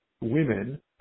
women